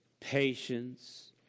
patience